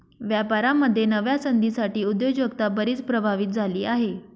व्यापारामध्ये नव्या संधींसाठी उद्योजकता बरीच प्रभावित झाली आहे